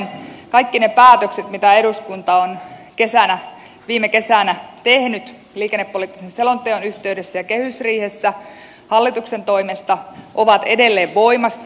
kaikki ne päätökset mitä eduskunta on viime kesänä tehnyt liikennepoliittisen selonteon yhteydessä ja kehysriihessä hallituksen toimesta ovat edelleen voimassa